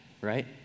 right